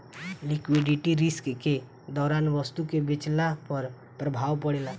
liquidity risk के दौरान वस्तु के बेचला पर प्रभाव पड़ेता